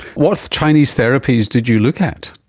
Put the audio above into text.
what chinese therapies did you look at?